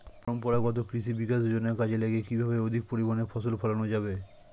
পরম্পরাগত কৃষি বিকাশ যোজনা কাজে লাগিয়ে কিভাবে অধিক পরিমাণে ফসল ফলানো যাবে?